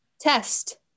test